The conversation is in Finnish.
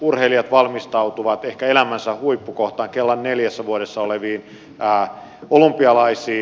urheilijat valmistautuvat ehkä elämänsä huippukohtaan kerran neljässä vuodessa oleviin olympialaisiin